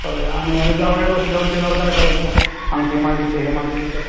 करूया आणि हे जावई रूसल्यावर केल्यावर काय करायचं अंगठी मागितले हे मागितले तर